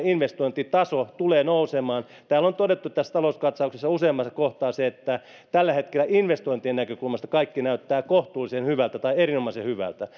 investointitaso tulee nousemaan tässä talouskatsauksessa on todettu useammassa kohtaa se että tällä hetkellä investointien näkökulmasta kaikki näyttää kohtuullisen hyvältä tai erinomaisen hyvältä